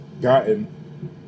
gotten